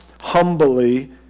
humbly